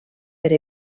per